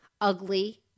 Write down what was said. ugly